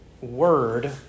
word